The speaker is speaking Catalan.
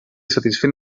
satisfer